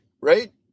Right